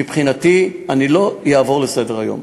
מבחינתי, אני לא אעבור לסדר-היום.